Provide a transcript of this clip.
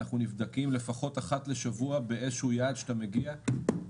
אנחנו נבדקים לפחות אחת לשבוע באיזשהו יעד שאתה מגיע אליו.